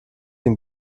den